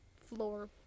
floor